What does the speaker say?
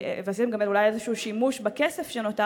ועשיתם גם אולי איזה שימוש בכסף שנותר